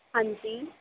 ਹਾਂਜੀ